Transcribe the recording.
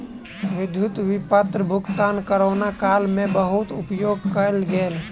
विद्युत विपत्र भुगतान कोरोना काल में बहुत उपयोग कयल गेल